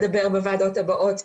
הם ישמחו לדבר בוועדות הבאות.